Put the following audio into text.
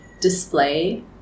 display